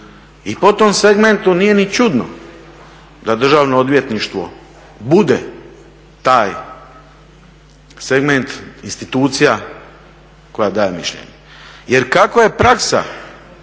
I po tom segmentu nije ni čudno da Državno odvjetništvo bude taj segment, institucija koja daje mišljenje. Jer kako je praksa